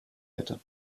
hätte